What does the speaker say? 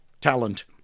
Talent